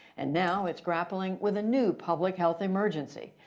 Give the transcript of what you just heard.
and now it's grappling with a new public health emergency.